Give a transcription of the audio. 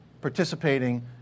participating